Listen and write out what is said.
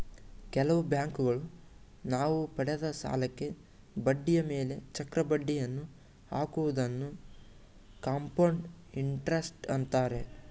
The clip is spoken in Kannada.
ಕೆಲವು ಬ್ಯಾಂಕುಗಳು ನಾವು ಪಡೆದ ಸಾಲಕ್ಕೆ ಬಡ್ಡಿಯ ಮೇಲೆ ಚಕ್ರ ಬಡ್ಡಿಯನ್ನು ಹಾಕುವುದನ್ನು ಕಂಪೌಂಡ್ ಇಂಟರೆಸ್ಟ್ ಅಂತಾರೆ